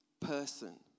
person